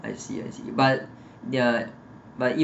I see I see but they're but